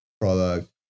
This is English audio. product